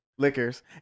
liquors